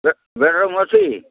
bedroom ଅଛି